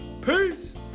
Peace